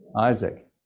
Isaac